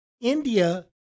India